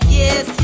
yes